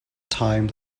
time